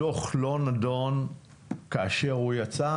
הדוח לא נידון כאשר הוא יצא,